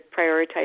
prioritize